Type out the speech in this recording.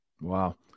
Wow